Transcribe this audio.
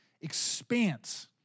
expanse